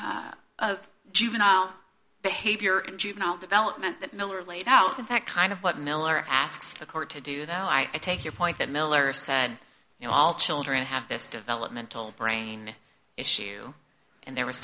factors juvenile behavior in juvenile development that miller laid out that kind of what miller asks the court to do though i take your point that miller said you know all children have this developmental brain issue and there was